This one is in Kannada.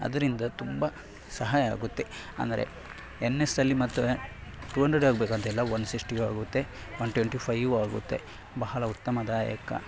ಅದರಿಂದ ತುಂಬ ಸಹಾಯ ಆಗುತ್ತೆ ಅಂದರೆ ಎನ್ ಎಸ್ ಅಲ್ಲಿ ಮತ್ತು ಟು ಹಂಡ್ರೆಡೇ ಆಗಬೇಕಂತಿಲ್ಲ ಒನ್ ಸಿಕ್ಸ್ಟಿಯೂ ಆಗುತ್ತೆ ಒನ್ ಟ್ವೆಂಟಿ ಫೈಯೂ ಆಗುತ್ತೆ ಬಹಳ ಉತ್ತಮದಾಯಕ